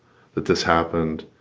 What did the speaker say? that this happened,